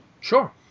Sure